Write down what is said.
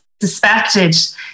suspected